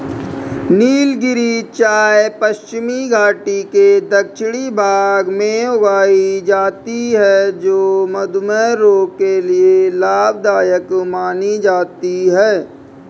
नीलगिरी चाय पश्चिमी घाटी के दक्षिणी भाग में उगाई जाती है जो मधुमेह रोग के लिए लाभदायक मानी जाती है